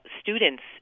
students